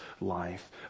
life